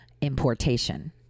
importation